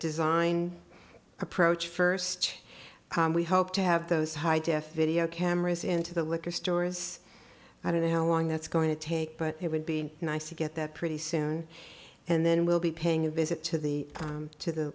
design approach first we hope to have those high def video cameras into the liquor store is i don't know how long that's going to take but it would be nice to get that pretty soon and then we'll be paying a visit to the to the